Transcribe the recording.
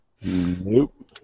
Nope